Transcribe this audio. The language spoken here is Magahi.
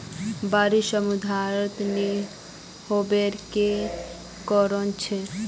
बारिश समयानुसार नी होबार की कारण छे?